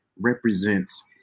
represents